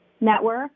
network